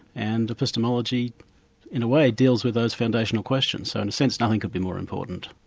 and epistemology in a way deals with those foundational questions. so in a sense, nothing could be more important.